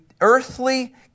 earthly